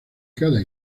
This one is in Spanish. cada